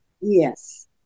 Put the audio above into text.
Yes